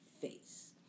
face